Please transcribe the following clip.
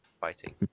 fighting